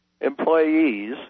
employees